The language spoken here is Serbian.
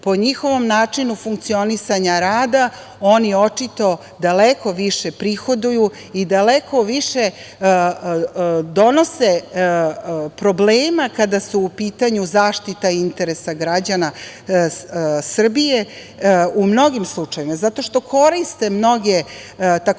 po njihovom načinu funkcionisanja rada, oni očito daleko više prihoduju i daleko više donose problema kada su u pitanju zaštita interesa građana Srbije u mnogim slučajevima, zato što koriste mnoge tzv.